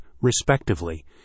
respectively